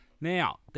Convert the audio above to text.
Now